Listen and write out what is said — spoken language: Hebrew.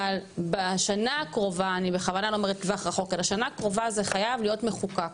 אבל בשנה הקרובה זה חייב להיות מחוקק,